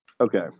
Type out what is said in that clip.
Okay